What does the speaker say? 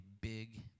big